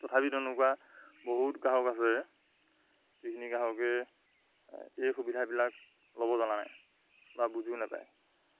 তথাপি তেনেকুৱা বহুত গ্ৰাহক আছে যিখিনি গাহকে এই সুবিধাবিলাক ল'ব জ্বালা নাই বা বুজো নোপায়